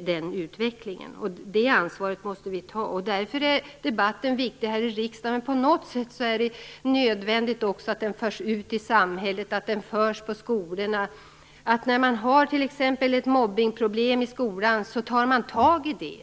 den utvecklingen, och det ansvaret måste vi ta. Därför är debatten här i riksdagen viktig. På något sätt är det nödvändigt att den också förs ut i samhället och att den förs på skolorna. Har man t.ex. ett mobbningsproblem i skolan tar man tag i det.